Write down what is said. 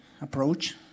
approach